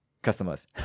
Customers